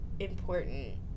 Important